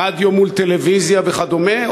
רדיו מול טלוויזיה וכדומה?